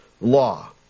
law